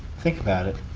think about it.